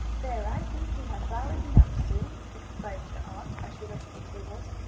there, i think we have flowers enough, sue! exclaimed her aunt, as she looked at the tables.